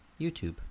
youtube